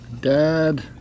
dad